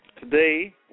today